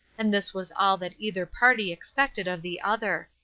and this was all that either party expected of the other.